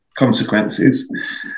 Consequences